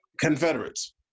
Confederates